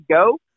go